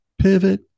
Pivot